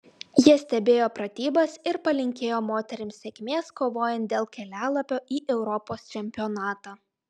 jie stebėjo pratybas ir palinkėjo moterims sėkmės kovojant dėl kelialapio į europos čempionatą